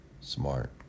Smart